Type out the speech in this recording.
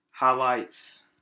highlights